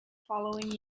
following